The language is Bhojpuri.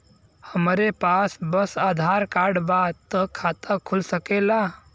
हमरे पास बस आधार कार्ड बा त खाता खुल सकेला?